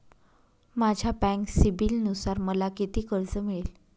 माझ्या बँक सिबिलनुसार मला किती कर्ज मिळेल?